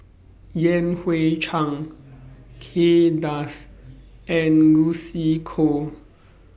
Yan Hui Chang Kay Das and Lucy Koh